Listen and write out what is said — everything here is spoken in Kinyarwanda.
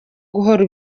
guhora